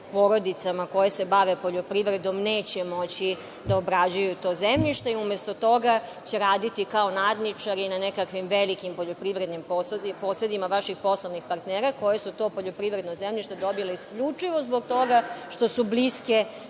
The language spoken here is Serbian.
porodicama koje se bave poljoprivredom neće moći da obrađuju to zemljište i umesto toga će raditi kao nadničari na nekakvim velikim poljoprivrednim posedima vaših poslovnih partnera, koji su ta poljoprivredna zemljišta dobili isključivo zbog toga što su blisko